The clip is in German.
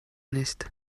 nicht